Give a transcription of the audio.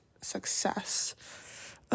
success